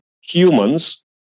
humans